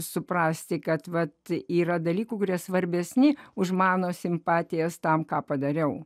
suprasti kad yra dalykų kurie svarbesni už mano simpatijas tam ką padariau